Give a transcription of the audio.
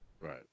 right